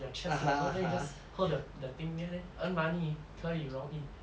the chest level then you just hold the thing near then earn money 可以容易